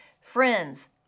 Friends